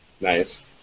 Nice